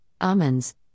almonds